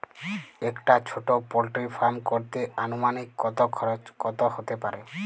একটা ছোটো poultry farm করতে আনুমানিক কত খরচ কত হতে পারে?